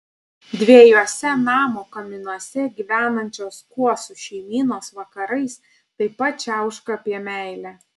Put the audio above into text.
dviejuose namo kaminuose gyvenančios kuosų šeimynos vakarais taip pat čiauška apie meilę